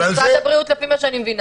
לפי מה שאני מבינה,